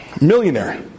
millionaire